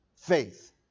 faith